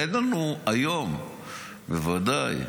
אין לנו היום בוודאי,